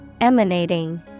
Emanating